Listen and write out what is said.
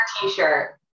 t-shirt